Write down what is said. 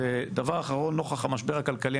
דבר אחרון נוכח המשבר הכלכלי,